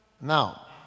now